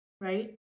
Right